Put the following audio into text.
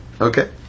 Okay